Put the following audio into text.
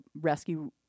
rescue